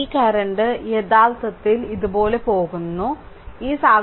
ഈ കറന്റ് യഥാർത്ഥത്തിൽ ഈ കറന്റ് ഇതുപോലെ പോകുന്നു ഇത് ഇതുപോലെ പോകുന്നു